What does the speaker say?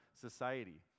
society